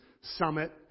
summit